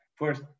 First